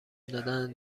دادن